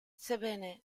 sebbene